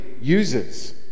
uses